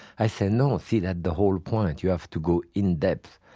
i say, no, see that's the whole point, you have to go in depth.